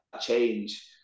change